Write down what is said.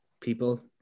people